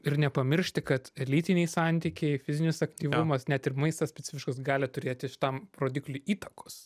ir nepamiršti kad lytiniai santykiai fizinis aktyvumas net ir maistas specifiškas gali turėti šitam rodikliui įtakos